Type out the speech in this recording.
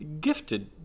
gifted